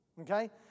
Okay